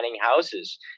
houses